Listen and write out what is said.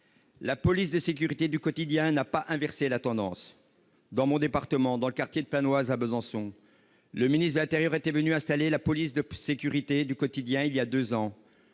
La police de sécurité du quotidien n'a pas inversé la tendance. Dans mon département, voilà deux ans, le ministre de l'intérieur était venu installer la police de sécurité du quotidien dans